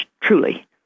truly